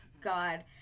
God